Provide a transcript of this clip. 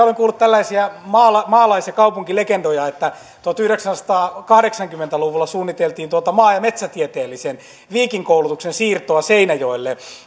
olen kuullut tällaisia maalais maalais ja kaupunkilegendoja että tuhatyhdeksänsataakahdeksankymmentä luvulla suunniteltiin maa ja metsätieteellisen viikin koulutuksen siirtoa seinäjoelle